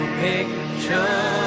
picture